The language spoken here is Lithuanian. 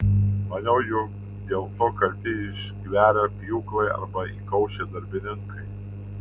maniau jog dėl to kalti išgverę pjūklai arba įkaušę darbininkai